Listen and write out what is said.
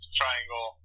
triangle